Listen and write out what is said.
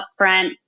upfront